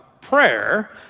prayer